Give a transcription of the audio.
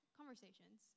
conversations